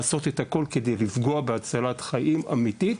לעשות את הכול כדי לפגוע בהצלת חיים אמיתית.